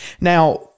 Now